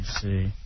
see